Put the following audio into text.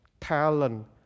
talent